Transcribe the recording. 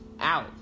out